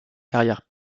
carrière